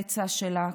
כל אחת והפצע שלה,